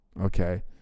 Okay